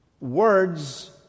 words